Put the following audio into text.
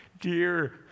dear